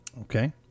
Okay